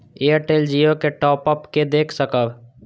Airtel Jio के top up के देख सकब?